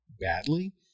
badly